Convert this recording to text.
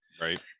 right